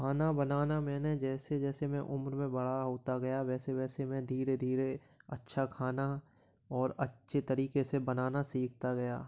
खाना बनाना मैंने जैसे जैसे मैं उम्र में बड़ा होता गया वैसे वैसे मैं धीरे धीरे अच्छा खाना और अच्छे तरीके से बनाना सीखता गया